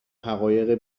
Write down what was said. حقایق